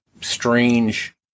strange